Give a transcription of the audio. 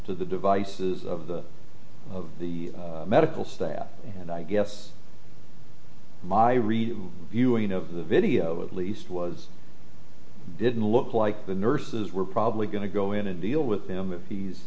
to the devices of the medical staff and i guess my read viewing of the video at least was didn't look like the nurses were probably going to go in and deal with them i